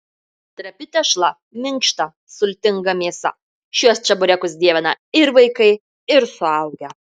trapi tešla minkšta sultinga mėsa šiuos čeburekus dievina ir vaikai ir suaugę